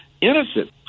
innocent